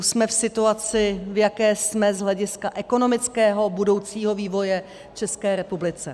Jsme v situaci, v jaké jsme z hlediska ekonomického budoucího vývoje v České republice.